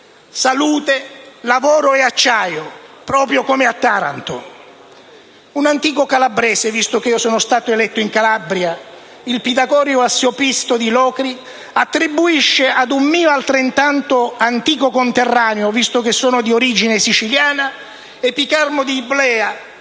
salute, lavoro e acciaio, proprio come a Taranto. Un antico calabrese, che vorrei citare visto che sono stato eletto in Calabria, il pitagorico Assiopisto di Locri, attribuisce ad un mio altrettanto antico conterraneo, che cito perché sono di origine siciliana, Epicarmo di Iblea